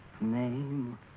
Name